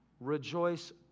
Rejoice